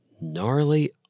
Gnarly